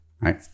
Right